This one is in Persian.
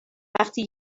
وقتی